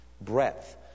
Breadth